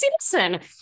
citizen